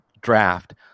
draft